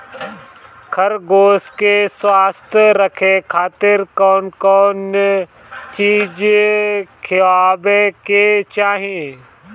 खरगोश के स्वस्थ रखे खातिर कउन कउन चिज खिआवे के चाही?